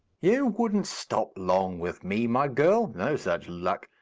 you wouldn't stop long with me, my girl. no such luck!